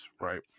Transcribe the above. right